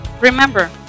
Remember